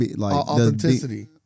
Authenticity